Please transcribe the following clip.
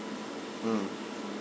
mm